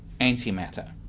antimatter